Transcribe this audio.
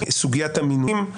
סוגיית המינויים.